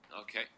okay